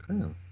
Okay